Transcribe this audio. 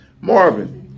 Marvin